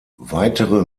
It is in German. weitere